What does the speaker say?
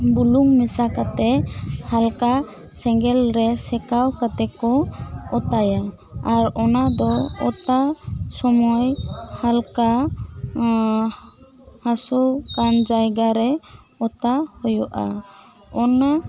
ᱵᱩᱞᱩᱝ ᱢᱮᱥᱟ ᱠᱟᱛᱮᱫ ᱦᱟᱞᱠᱟ ᱥᱮᱝᱜᱮᱞ ᱨᱮ ᱥᱮᱠᱟᱣ ᱠᱟᱛᱮᱫ ᱠᱚ ᱚᱛᱟᱭᱟ ᱟᱨ ᱚᱱᱟ ᱫᱚ ᱚᱛᱟ ᱥᱚᱢᱚᱭ ᱦᱟᱞᱠᱟ ᱟᱸ ᱦᱟᱹᱥᱩ ᱠᱟᱱ ᱡᱟᱭᱜᱟ ᱨᱮ ᱚᱛᱟ ᱦᱩᱭᱩᱜ ᱟ ᱚᱱᱟ